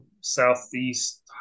Southeast